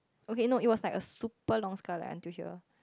okay no it was like a super long skirt like until here